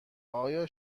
آیا